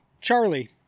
Charlie